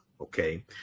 okay